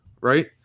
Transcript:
right